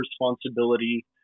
responsibility